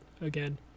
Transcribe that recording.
again